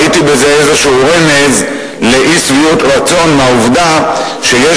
ראיתי בזה איזה רמז לאי-שביעות רצון מהעובדה שיש